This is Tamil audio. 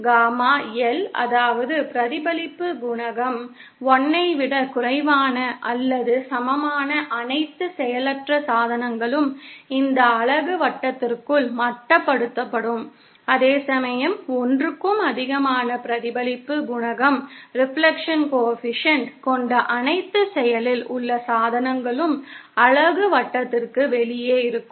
காமா L அதாவது பிரதிபலிப்பு குணகம் 1 ஐ விடக் குறைவான அல்லது சமமான அனைத்து செயலற்ற சாதனங்களும் இந்த அலகு வட்டத்திற்குள் மட்டுப்படுத்தப்படும் அதேசமயம் 1 க்கும் அதிகமான பிரதிபலிப்பு குணகம் கொண்ட அனைத்து செயலில் உள்ள சாதனங்களும் அலகு வட்டத்திற்கு வெளியே இருக்கும்